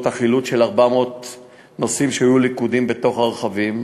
החילוץ של 400 נוסעים שהיו לכודים בתוך הרכבים,